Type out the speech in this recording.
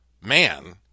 man